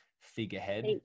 figurehead